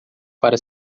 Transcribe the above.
para